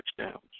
touchdowns